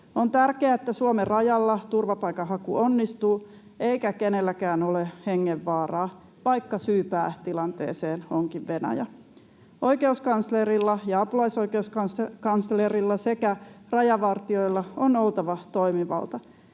On tärkeää, että Suomen rajalla turvapaikanhaku onnistuu eikä kenelläkään ole hengenvaaraa, vaikka syypää tilanteeseen onkin Venäjä. Oikeuskanslerilla ja apulaisoikeuskanslerilla sekä rajavartijoilla on oltava toimivalta.